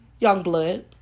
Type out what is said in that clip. Youngblood